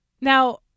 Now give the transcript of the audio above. Now